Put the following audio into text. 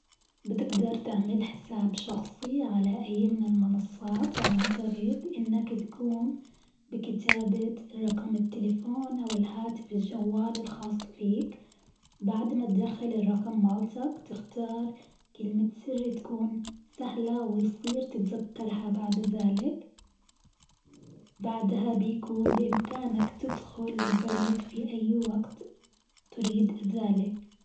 بتقدر تعمل حساب شخصي على أي من المنصات عن طريق إنك تقوم بكتابة رقم التليفون أو الهاتف الجوال الخاص فيك، بعد ما تدخل الرقم مالتك تختار كلمة سر تكون سهلة ويصير تتذكرها بعد ذلك بعدها بيكون بإمكانك تدخل للبريد في اأي وقت تريد ذلك.